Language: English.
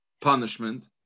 punishment